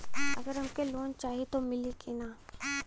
अगर हमके लोन चाही त मिली की ना?